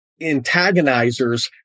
antagonizers